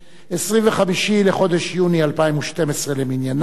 25 בחודש יוני 2012 למניינם,